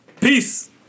Peace